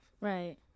Right